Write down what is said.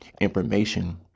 information